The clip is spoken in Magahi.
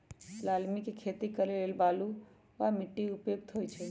लालमि के खेती लेल बलुआ माटि उपयुक्त होइ छइ